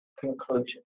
conclusion